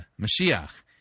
Mashiach